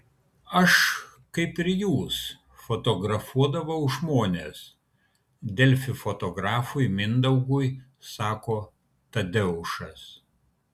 aš kaip ir jūs fotografuodavau žmones delfi fotografui mindaugui sako tadeušas